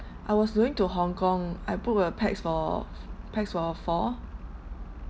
I was going to hong kong I booked a pax for pax for four